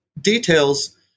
details